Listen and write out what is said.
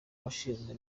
washinzwe